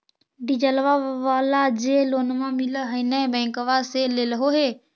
डिजलवा वाला जे लोनवा मिल है नै बैंकवा से लेलहो हे?